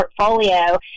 portfolio